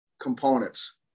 components